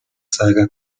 saga